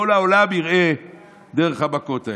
כל העולם יראה דרך המכות האלה.